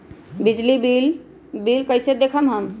दियल बिजली बिल कइसे देखम हम?